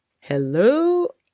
Hello